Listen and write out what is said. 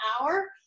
hour